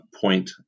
point